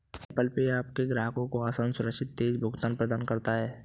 Apple Pay आपके ग्राहकों को आसान, सुरक्षित और तेज़ भुगतान प्रदान करता है